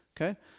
Okay